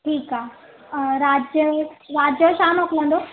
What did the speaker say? ठीकु आहे राति जे राति जो छा मोकिलींदव